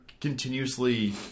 continuously